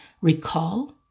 recall